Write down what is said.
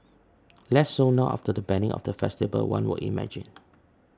less so now after the banning of the festival one would imagine